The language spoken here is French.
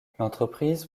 l’entreprise